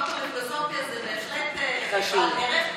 דוקטור לפילוסופיה זה בהחלט בעל ערך.